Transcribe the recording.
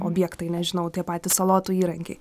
objektai nežinau tai patys salotų įrankiai